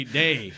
day